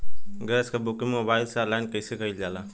Gas क booking mobile से online कईसे कईल जाला?